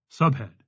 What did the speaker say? Subhead